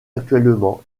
actuellement